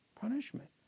punishment